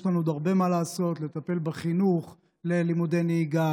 יש לנו עוד הרבה מה לעשות: לטפל בחינוך ללימודי נהיגה,